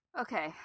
Okay